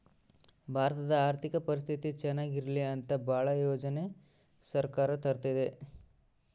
ಭಾರತದ ಆರ್ಥಿಕ ಪರಿಸ್ಥಿತಿ ಚನಾಗ ಇರ್ಲಿ ಅಂತ ಭಾಳ ಯೋಜನೆ ಸರ್ಕಾರ ತರ್ತಿದೆ